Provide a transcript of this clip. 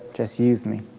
just use me.